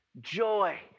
Joy